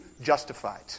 justified